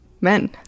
men